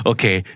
Okay